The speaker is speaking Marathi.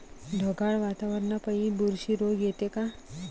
ढगाळ वातावरनापाई बुरशी रोग येते का?